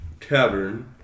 tavern